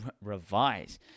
revise